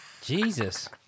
Jesus